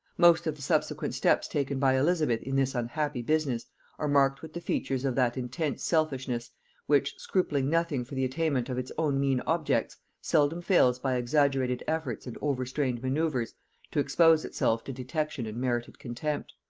most of the subsequent steps taken by elizabeth in this unhappy business are marked with the features of that intense selfishness which, scrupling nothing for the attainment of its own mean objects, seldom fails by exaggerated efforts and overstrained manoeuvres to expose itself to detection and merited contempt.